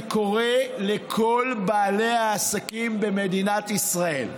אני קורא לכל בעלי העסקים במדינת ישראל,